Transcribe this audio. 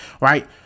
right